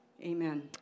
Amen